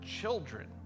children